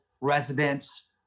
residents